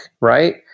right